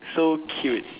so cute